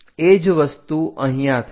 એ જ વસ્તુ અહીંયા થાય છે